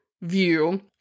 view